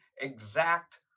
exact